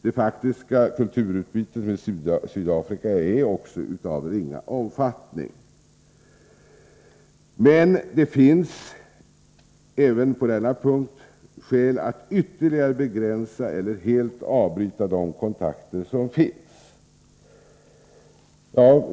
Det faktiska kulturutbytet med Sydafrika är också av ringa omfattning, men det finns även på denna punkt skäl att ytterligare begränsa eller helt avbryta de kontakter som finns. Fru talman!